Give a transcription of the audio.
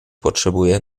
potrzebuje